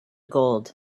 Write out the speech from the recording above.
gold